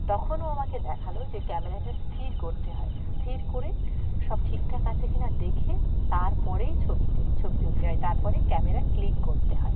তখন ও আমাকে দেখালো যে ক্যামেরাটা স্থির করতে হয় স্থির করে সব ঠিকঠাক আছে কি না দেখে তারপরেই ছবিতে ছবি তুলতে যায় তারপরে ক্যামেরা ক্লিক করতে হয়